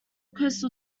coastal